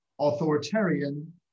authoritarian